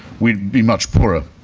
we'd be much poorer.